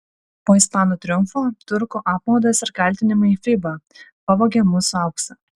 po ispanų triumfo turkų apmaudas ir kaltinimai fiba pavogė mūsų auksą